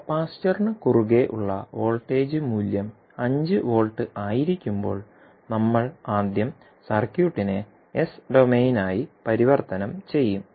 കപ്പാസിറ്ററിന് കുറുകെ ഉള്ള വോൾട്ടേജ് മൂല്യം 5 വോൾട്ട് ആയിരിക്കുമ്പോൾ നമ്മൾ ആദ്യം സർക്യൂട്ടിനെ എസ് ഡൊമെയ്നായി പരിവർത്തനം ചെയ്യും